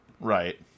Right